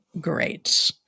great